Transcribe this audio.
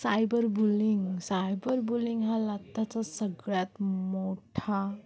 cyber bullying cyber bullying हा लाताचा सगळ्यात मोठा